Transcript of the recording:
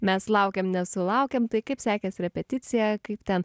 mes laukiam nesulaukiam tai kaip sekės repeticija kaip ten